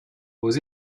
aux